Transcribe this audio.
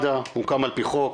מד"א הוקם על פי חוק,